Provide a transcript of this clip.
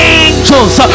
angels